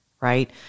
right